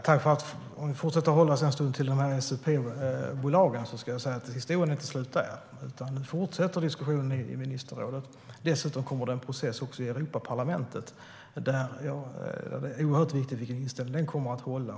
Herr talman! Om vi uppehåller oss vid SUP-bolagen en stund till kan jag säga att historien inte är slut där, utan diskussionen fortsätter i ministerrådet. Dessutom kommer det en process i Europaparlamentet, och det är oerhört viktigt vilken inställning den kommer att ha.